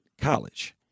college